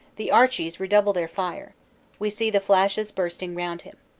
the archies' redouble their fire we see the flashes bursting round him.